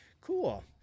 cool